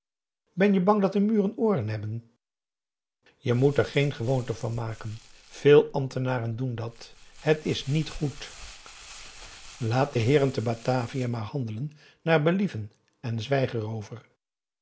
ben je bang dat de muren ooren hebben p a daum hoe hij raad van indië werd onder ps maurits je moet er geen gewoonte van maken veel ambtenaren doen dat het is niet goed laat de heeren te batavia maar handelen naar believen en zwijg erover